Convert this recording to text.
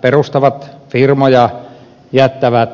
perustavat firmoja jättävät